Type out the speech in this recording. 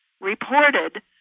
reported